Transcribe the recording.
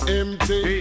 empty